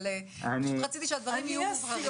פשוט רציתי שהדברים יהיו מובהרים.